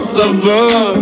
lover